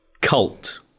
cult